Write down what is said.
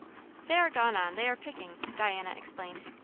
they are gone on they are picking, diana explained.